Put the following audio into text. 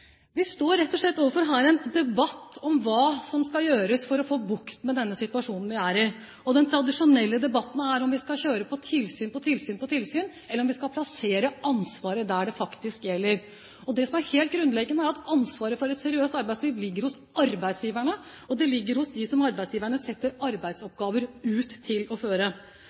Vi står her rett og slett overfor en debatt om hva som skal gjøres for å få bukt med den situasjonen vi er i. Den tradisjonelle debatten er om vi skal kjøre på med tilsyn på tilsyn på tilsyn, eller om vi skal plassere ansvaret der det faktisk hører hjemme. Det som er helt grunnleggende, er at ansvaret for et seriøst arbeidsliv ligger hos arbeidsgiverne og hos dem som arbeidsgiverne setter til å utføre arbeidsoppgaver.